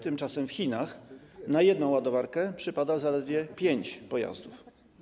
Tymczasem w Chinach na jedną ładowarkę przypada zaledwie pięć pojazdów.